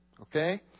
Okay